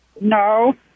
no